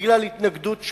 בגלל התנגדות שונה,